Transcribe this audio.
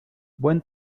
buen